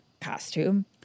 costume